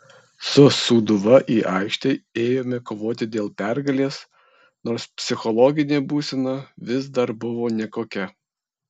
su sūduva į aikštę ėjome kovoti dėl pergalės nors psichologinė būsena vis dar buvo nekokia